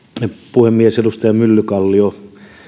puhemies edustaja myllykallio